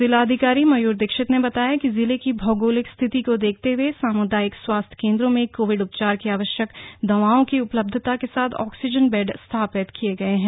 जिलाधिकारी मयूर दीक्षित ने बताया कि जिले की भौगोलिक स्थिति को देखते हुए सामुदायिक स्वास्थ केन्द्रों में कोविड उपचार की आवश्यक दवाइयों की उपलब्धता के साथ ऑक्सीजन बैड स्थापित किए हैं